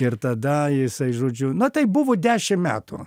ir tada jisai žodžiu na tai buvo dešim metų